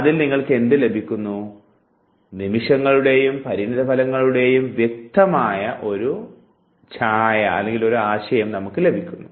അതിൽ നിങ്ങൾക്കെന്ത് ലഭിക്കുന്നു നിമിഷങ്ങളുടെയും പരിണതഫലങ്ങളുടെയും വ്യക്തമായ ഛായ നമുക്ക് ലഭിക്കുന്നു